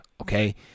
Okay